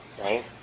right